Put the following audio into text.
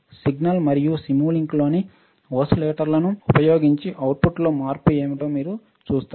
signal మరియు సిములింక్లోని ఓసిల్లోస్కోప్ను ఉపయోగించి అవుట్పుట్లో మార్పు ఏమిటో మీరు చూస్తారు